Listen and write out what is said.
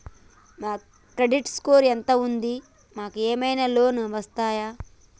మా credit score ఎంత ఉంది? మాకు ఏమైనా లోన్స్ వస్తయా?